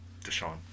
Deshaun